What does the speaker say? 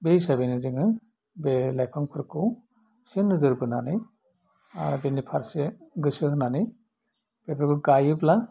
बे हिसाबैनो जोङो बे लाइफांफोरखौ एसे नोजोर बोनानै आह बिनि फारसे गोसो होनानै बेफोरखौ गायोब्ला